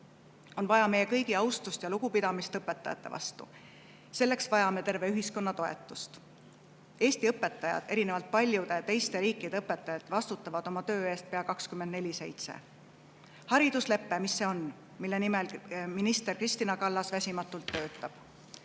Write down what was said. on vaja meie kõigi austust ja lugupidamist õpetajate vastu. Selleks vajame terve ühiskonna toetust. Eesti õpetajad vastutavad erinevalt paljude teiste riikide õpetajatest oma töö eest pea 24/7.Hariduslepe – mis see on, mille nimel minister Kristina Kallas väsimatult töötab?